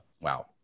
wow